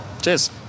Cheers